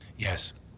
yes.